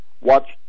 watch